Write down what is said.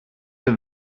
the